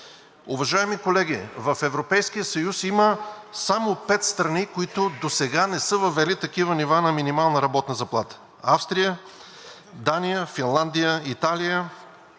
Уважаеми колеги, в Европейския съюз има само пет страни, които досега не са въвели такива нива на минимална работна заплата – Австрия, Дания, Финландия, Италия